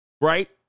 Right